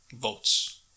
votes